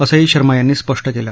असंही शर्मा यांनी स्पष्ट केलं